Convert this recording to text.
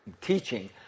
teaching